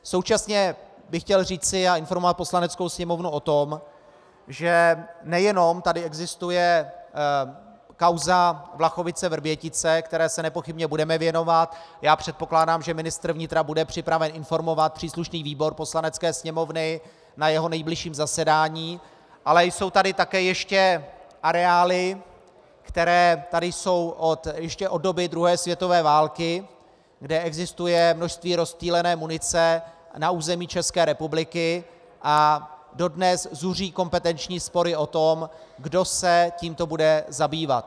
Současně bych chtěl říci a informovat Poslaneckou sněmovnu o tom, že nejenom tady existuje kauza VlachoviceVrbětice, které se nepochybně budeme věnovat, já předpokládám, že ministr vnitra bude připraven informovat příslušný výbor Poslanecké sněmovny na jeho nejbližším zasedání, ale jsou tady ještě areály, které tady jsou ještě od doby druhé světové války, kde existuje množství rozptýlené munice na území České republiky, a dodnes zuří kompetenční spory o to, kdo se tímto bude zabývat.